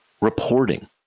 reporting